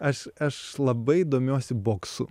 aš aš labai domiuosi boksu